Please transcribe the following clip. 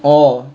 orh